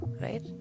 right